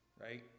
right